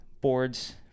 boards